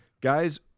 guys